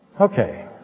Okay